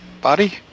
body